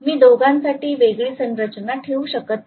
मी दोघांसाठी वेगळी संरचना ठेऊ शकत नाही